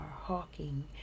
Hawking